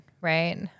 right